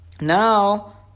Now